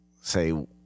say